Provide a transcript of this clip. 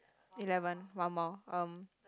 eleven one more um